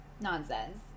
nonsense